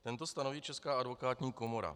Tento stanoví Česká advokátní komora.